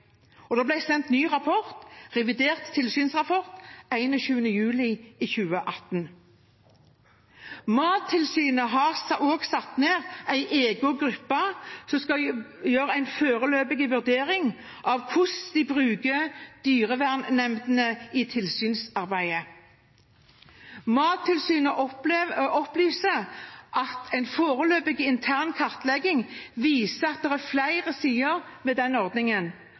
Det ble sendt en ny, revidert tilsynsrapport 21. juli 2018. Mattilsynet har også satt en ned en egen gruppe som skal gjøre en foreløpig vurdering av hvordan de bruker dyrevernnemndene i tilsynsarbeidet. Mattilsynet opplyser at en foreløpig intern kartlegging viser at det er flere sider ved denne ordningen